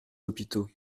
hôpitaux